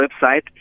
website